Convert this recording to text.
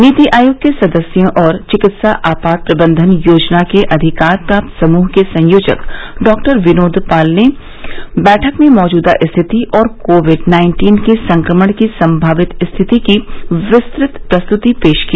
नीति आयोग के सदस्यों और चिकित्सा आपात प्रबंधन योजना के अधिकार प्राप्त समृह के संयोजक डॉक्टर विनोद पॉल ने बैठक में मौजूदा स्थिति और कोविड नाइन्टीन के संक्रमण की संभावित स्थिति की विस्तृत प्रस्तुति पेश की